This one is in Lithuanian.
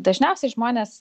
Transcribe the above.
dažniausiai žmonės